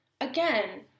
again